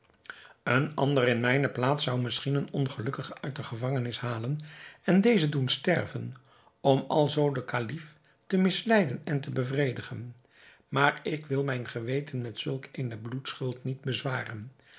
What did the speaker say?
een ander in mijne plaats zou misschien een ongelukkige uit de gevangenis halen en dezen doen sterven om alzoo den kalif te misleiden en te bevredigen maar ik wil mijn geweten met zulk eene bloedschuld niet bezwaren